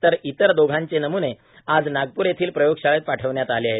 तर इतर दोघांचे नमुने आज नागपूर येथील प्रयोगशाळेत पाठविण्यात आले आहे